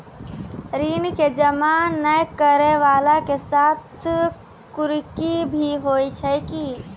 ऋण के जमा नै करैय वाला के साथ कुर्की भी होय छै कि?